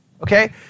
Okay